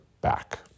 back